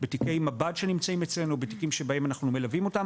בתיקי מב"ד שנמצאים אצלנו ובתיקים שאנחנו מלווים אותם.